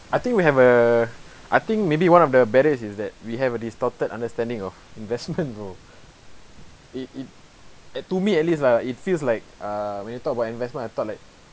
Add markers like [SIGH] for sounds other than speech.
I think we have a I think maybe one of the barriers is that we have a distorted understanding of investment [LAUGHS] bro it it at to me at least ah it feels like uh when you talk about investment I thought like